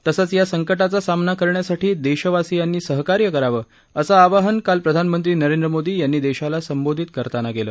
तसंच या संकटाचा सामना करण्यासाठी देशवासियांनी सहकार्य करावं असं आवाहन काल प्रधानमंत्री नरेंद्र मोदी यांनी देशाला संबोधित करताना केलं